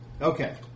Okay